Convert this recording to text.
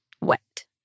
wet